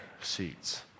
seats